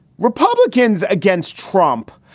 republicans against trump.